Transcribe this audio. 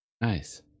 Nice